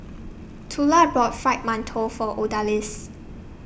Tula bought Fried mantou For Odalis